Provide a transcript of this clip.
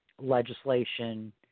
legislation